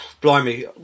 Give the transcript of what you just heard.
Blimey